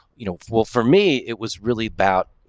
you know, well, for me, it was really about,